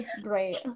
great